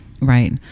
right